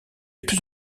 plus